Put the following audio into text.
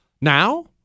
Now